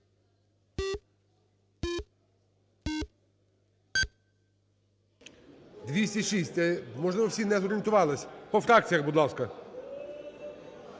За-206 Можливо, всі не зорієнтувалися. По фракціях, будь ласка.